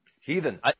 heathen